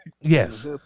yes